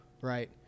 Right